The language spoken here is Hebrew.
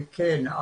כן.